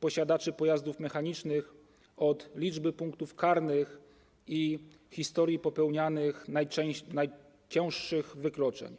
posiadaczy pojazdów mechanicznych od liczby punktów karnych i historii popełnianych najcięższych wykroczeń.